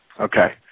Okay